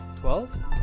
Twelve